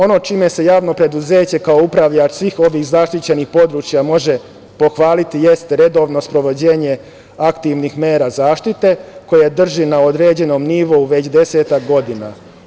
Ono čime se javno preduzeće kao upravljač svih ovih zaštićenih područja može pohvaliti jeste redovno sprovođenje aktivnih mera zaštite koje drži na određenom nivou već desetak godina.